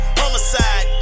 homicide